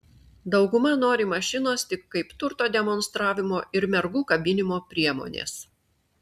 dauguma nori mašinos tik kaip turto demonstravimo ir mergų kabinimo priemonės